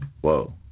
Whoa